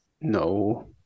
no